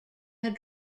had